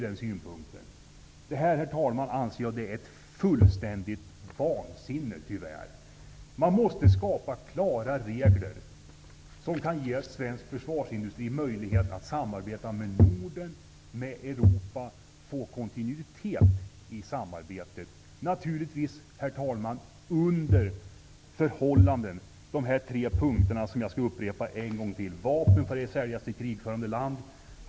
Det här anser jag vara ett fullständigt vansinne. Man måste skapa klara regler, som kan ge svensk försvarsindustri möjlighet att samarbeta med Norden och med Europa, att få kontinuitet i samarbetet. Naturligtvis, herr talman, under de förhållanden som de här tre punkterna, som jag skall upprepa en gång till, anger. 2.